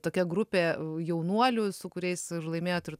tokia grupė jaunuolių su kuriais ir laimėjot ir